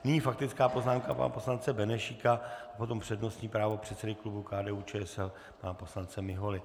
Nyní faktická poznámka pana poslance Benešíka, potom přednostní právo předsedy klubu KDUČSL pana poslance Miholy.